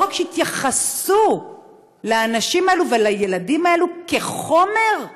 לא רק שהתייחסו לאנשים האלו ולילדים האלו כאל חומר,